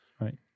Right